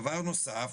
דבר נוסף,